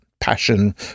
passion